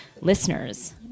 listeners